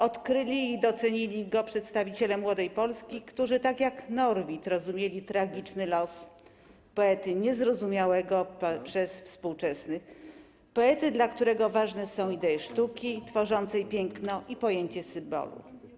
Odkryli i docenili go przedstawiciele Młodej Polski, którzy tak jak Norwid rozumieli tragiczny los poety niezrozumianego przez współczesnych, poety, dla którego ważne są idee sztuki tworzącej piękno i pojęcie symbolu.